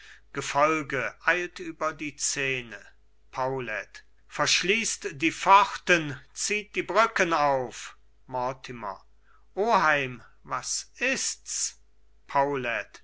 gefolge eilt über die szene paulet verschließt die pforten zieht die brücken auf mortimer oheim was ist's